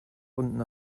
unten